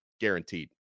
guaranteed